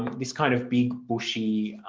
this kind of big bushy